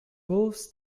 wolves